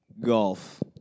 Golf